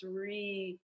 three